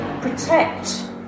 protect